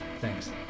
thanks